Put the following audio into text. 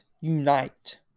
unite